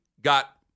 got